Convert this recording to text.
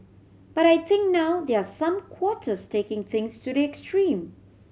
but I think now there are some quarters taking things to the extreme